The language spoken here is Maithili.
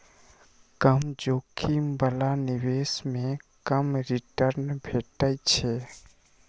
कम जोखिम बला निवेश मे कम रिटर्न भेटै छै